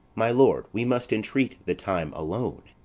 my lord, we must entreat the time alone.